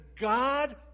God